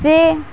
ସେ